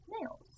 nails